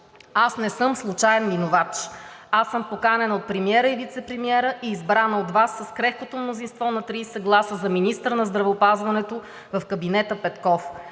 Аз не съм случаен минувач. Аз съм поканена от премиера и вицепремиера и избрана от Вас с крехкото мнозинство на 30 гласа за министър на здравеопазването в кабинета Петков.